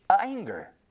anger